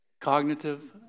cognitive